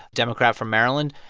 democrat from maryland,